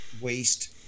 waste